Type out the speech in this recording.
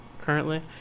currently